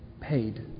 paid